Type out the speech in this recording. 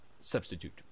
substitute